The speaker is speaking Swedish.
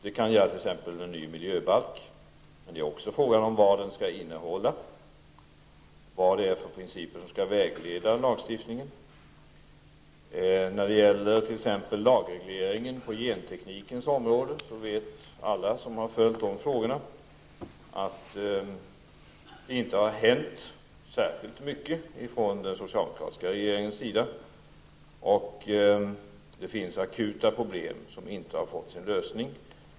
Det gäller t.ex. en ny miljöbalk, men frågan är vad den skall innehålla, vilka principer som skall vägleda lagstiftningen. När det t.ex. gäller lagregleringen på genteknikens område vet alla som har följt dessa frågor att det inte har hänt särskilt mycket under den socialdemokratiska regeringen. Det finns akuta problem som inte har fått sin lösning.